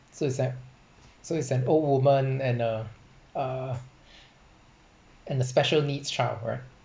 so it's that so it's an old woman and a uh and a special needs child right